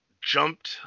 jumped